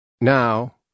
Now